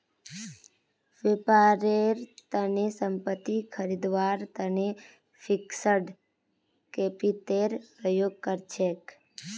व्यापारेर तने संपत्ति खरीदवार तने फिक्स्ड कैपितलेर प्रयोग कर छेक